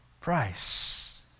price